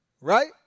right